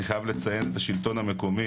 אני חייב לציין את השלטון המקומי,